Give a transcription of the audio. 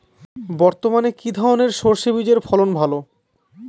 বর্তমানে কি ধরনের সরষে বীজের ফলন ভালো?